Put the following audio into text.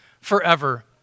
forever